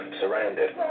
surrounded